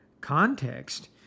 context